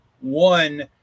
one